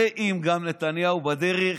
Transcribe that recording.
וגם עם נתניהו בדרך,